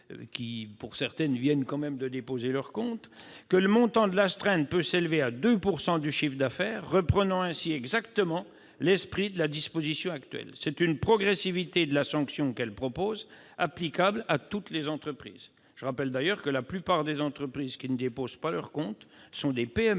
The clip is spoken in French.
d'entre elles viennent tout de même de déposer leurs comptes -, que le montant de l'astreinte puisse s'élever à 2 % du chiffre d'affaires, reprenant ainsi exactement l'esprit de la disposition actuelle. Nous proposons donc une progressivité de la sanction, applicable à toutes les entreprises. Je rappelle d'ailleurs que la plupart des entreprises qui ne déposent pas leurs comptes sont des PME